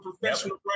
professional